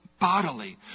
bodily